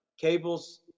cables